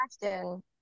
question